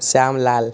Shyam Lal